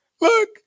Look